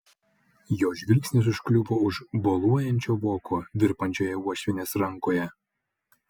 jo žvilgsnis užkliuvo už boluojančio voko virpančioje uošvienės rankoje